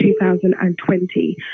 2020